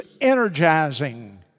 energizing